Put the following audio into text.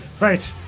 Right